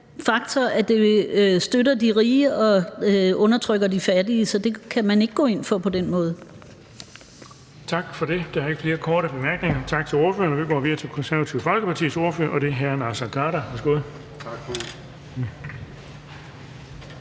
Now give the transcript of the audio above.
faktor, at det støtter de rige og undertrykker de fattige. Så det kan man ikke gå ind for på den måde. Kl. 17:12 Den fg. formand (Erling Bonnesen): Tak for det. Der er ikke flere korte bemærkninger. Tak til ordføreren. Vi går videre til Det Konservative Folkepartis ordfører, og det er hr. Naser Khader. Værsgo.